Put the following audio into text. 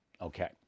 Okay